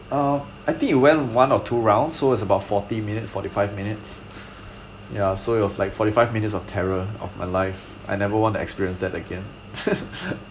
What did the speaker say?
um I think it went one or two rounds so is about forty minute forty five minutes y so it was like forty five minutes of terror of my life I never want to experience that again